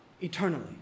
eternally